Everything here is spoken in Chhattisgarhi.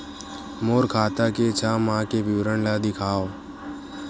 मोर खाता के छः माह के विवरण ल दिखाव?